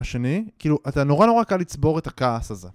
השני, כאילו, אתה נורא נורא קל לצבור את הכעס הזה.